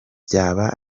byaba